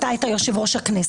היית יושב-ראש הכנסת,